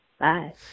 Bye